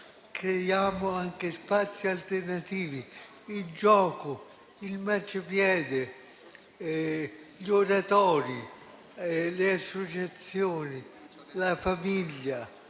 creiamo anche spazi alternativi: il gioco, il marciapiede, gli oratori, le associazioni, la famiglia,